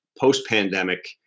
post-pandemic